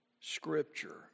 Scripture